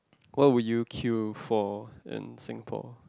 what would you queue for in Singapore